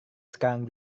sekarang